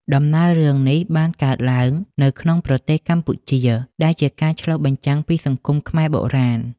ដំណើររឿងនេះបានកើតឡើងនៅក្នុងប្រទេសកម្ពុជា ដែលជាការឆ្លុះបញ្ចាំងពីសង្គមខ្មែរបុរាណ។